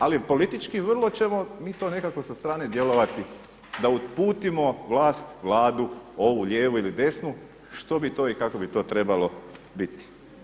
Ali politički vrlo ćemo mi to nekako sa strane djelovati da uputimo vlast, vladu ovu lijevu ili desnu što bi to i kako bi to trebalo biti.